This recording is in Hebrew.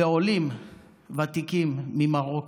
ועולים ותיקים ממרוקו,